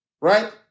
Right